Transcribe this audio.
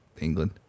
England